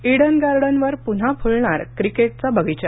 Eden गार्डनवर प्रन्हा फ्लणार क्रिकेटचा बगिचा